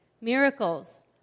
miracles